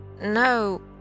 No